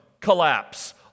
collapse